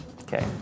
Okay